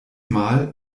mal